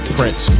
Prince